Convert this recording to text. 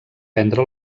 prendre